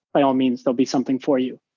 by all means they'll be something for you.